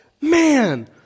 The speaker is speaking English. man